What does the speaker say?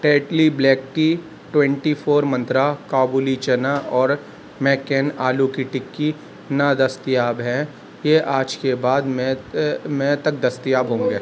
Tetley black tea twenty four منترا کابلی چنا اور میک کین آلو کی ٹکی نادستیاب ہیں یہ آج کے بعد میں میں تک دستیاب ہوں گے